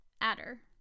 Adder